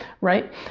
right